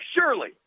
surely